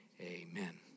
Amen